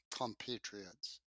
compatriots